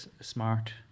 Smart